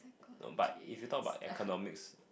oh but if you talk about economics